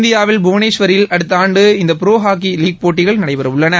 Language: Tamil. இந்தியாவில் புவனேஷ்வரில் அடுத்த ஆண்டு புரோ ஹாக்கி லீக் போட்டிகள் நடைபெறவுள்ளன